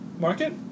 market